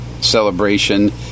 celebration